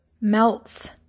melts